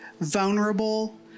vulnerable